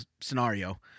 scenario